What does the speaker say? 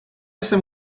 jsem